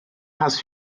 has